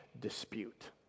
dispute